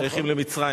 שייכים למצרים.